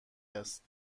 است